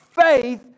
faith